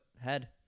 head